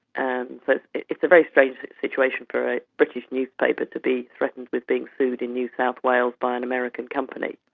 and but it's a very strange situation for a british newspaper to be threatened with being sued in new south wales by an american company.